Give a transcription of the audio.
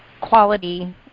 quality